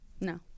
No